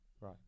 Right